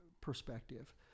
perspective